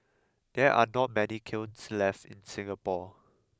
there are not many kilns left in Singapore